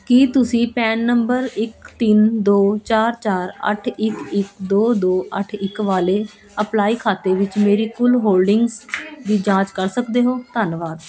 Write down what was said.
ਕੀ ਤੁਸੀਂ ਪੈਨ ਨੰਬਰ ਇੱਕ ਤਿੰਨ ਦੋ ਚਾਰ ਚਾਰ ਅੱਠ ਇੱਕ ਇੱਕ ਦੋ ਦੋ ਅੱਠ ਇੱਕ ਵਾਲੇ ਅਪਲਾਈ ਖਾਤੇ ਵਿੱਚ ਮੇਰੀ ਕੁੱਲ ਹੋਲਡਿੰਗਜ਼ ਦੀ ਜਾਂਚ ਕਰ ਸਕਦੇ ਹੋ ਧੰਨਵਾਦ